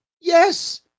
Yes